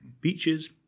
Beaches